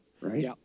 right